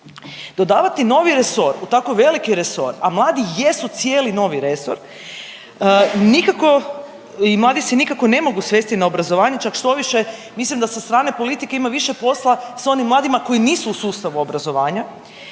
Dodavati novi resor u tako veliki resor, a mladi jesu cijeli novi resor, nikako i mladi se nikako ne mogu svesti na obrazovanje čak štoviše mislim da sa strane politike ima više posla s onim mladima koji nisu u sustavu obrazovanja.